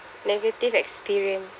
negative experience